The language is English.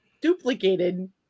duplicated